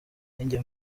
ninjye